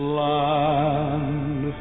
land